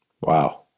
Wow